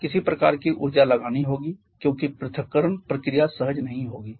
हमें किसी प्रकार की ऊर्जा लगानी होगी क्योंकि पृथक्करण प्रक्रिया सहज नहीं होगी